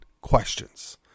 questions